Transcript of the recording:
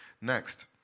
Next